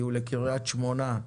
קריית שמונה,